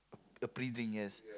a pre-drink yes